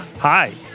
Hi